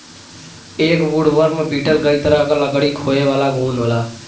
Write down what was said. एक woodworm beetle कई तरह क लकड़ी खायेवाला घुन होला